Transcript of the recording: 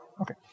Okay